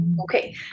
Okay